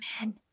Man